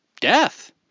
Death